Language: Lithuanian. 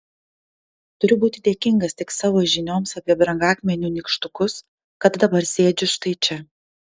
turiu būti dėkingas tik savo žinioms apie brangakmenių nykštukus kad dabar sėdžiu štai čia